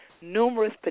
numerous